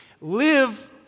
live